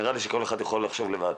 נראה לי שכל אחד יכול לחשוב לבד.